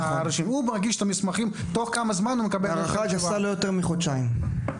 בהערכה גסה לא יותר מחודשיים.